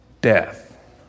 death